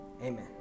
amen